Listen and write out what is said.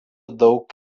daug